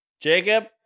Jacob